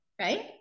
right